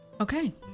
Okay